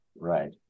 Right